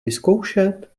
vyzkoušet